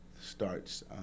starts